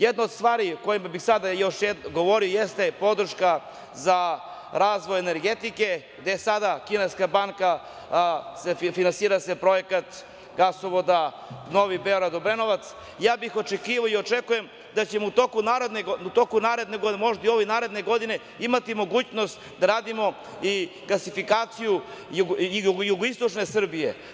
Jedna od stvari o kojima bih sada govorio, jeste podrška za razvoj energetike, gde sada kineska banka, finansira se projekat gasovoda Novi Beograd-Obrenovac, ja bih očekivao i očekujem da ćemo u toku naredne godine imati mogućnost da radimo i gasifikaciju jugoistočne Srbije.